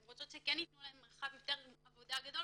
הן מעוניינות שייתנו להן מרחב עבודה גדול